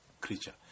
creature